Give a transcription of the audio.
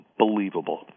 unbelievable